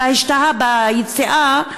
אלא השתהה ביציאה,